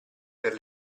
per